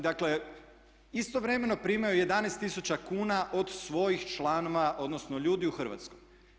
Dakle, istovremeno primaju 11 tisuća kuna od svojih članova odnosno ljudi u Hrvatskoj.